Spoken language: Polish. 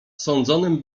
sądzonym